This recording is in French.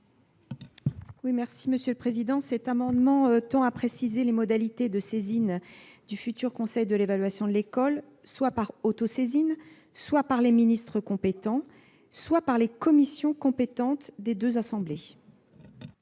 à Mme Sylvie Robert. Cet amendement tend à préciser les modalités de saisine du futur conseil de l'évaluation de l'école soit par autosaisine, soit par les ministres compétents, soit par les commissions compétentes des deux assemblées.